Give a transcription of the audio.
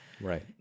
Right